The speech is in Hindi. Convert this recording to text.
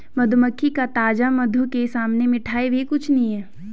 मधुमक्खी का ताजा मधु के सामने मिठाई भी कुछ नहीं